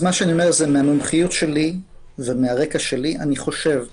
מהמומחיות שלי אני חושב שאל"ף,